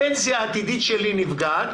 הפנסיה העתידית שלי נפגעת,